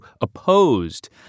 opposed